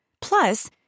Plus